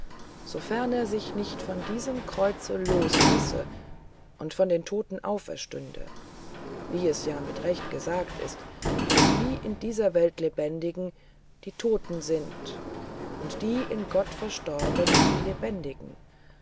wofern er sich nicht von diesem kreuze losrisse und von dentloten auferstünde wie es ja mit recht gesagt ist daß die in dieser welt lebendigen die toten sind und die in gott verstorbenen die lebendigen